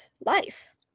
life